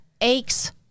aches